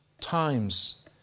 times